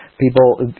People